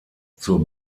zur